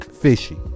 fishy